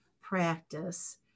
Practice